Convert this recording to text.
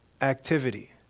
activity